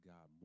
God